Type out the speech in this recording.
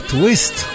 Twist